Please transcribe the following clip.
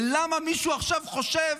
ולמה מישהו עכשיו חושב,